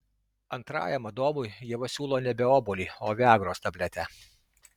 antrajam adomui ieva siūlo nebe obuolį o viagros tabletę